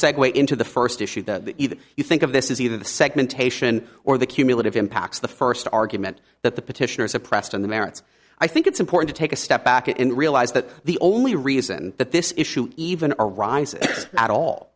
segue into the first issue that either you think of this is either the segmentation or the cumulative impact of the first argument that the petitioner suppressed on the merits i think it's important to take a step back and realize that the only reason that this issue even arises at all